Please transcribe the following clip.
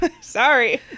sorry